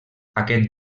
aquest